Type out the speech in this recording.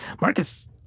Marcus